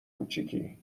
کوچیکی